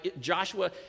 Joshua